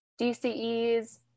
DCEs